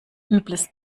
übles